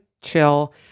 chill